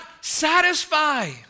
satisfy